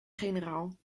generaal